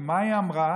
ומה היא אמרה?